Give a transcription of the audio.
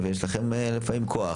ויש לכם לפעמים כוח.